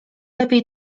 lepiej